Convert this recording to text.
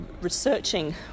researching